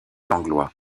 langlois